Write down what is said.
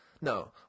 No